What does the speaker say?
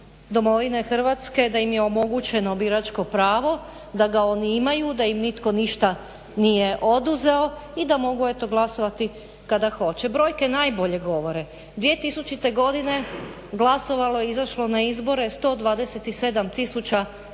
domovine Hrvatske, da im je omogućeno biračko pravo, da ga oni imaju, da im nitko ništa nije oduzeo i da mogu eto glasovati kada hoće. Brojke najbolje govore, 2000. godine glasovalo je, izašlo na izbore 127 000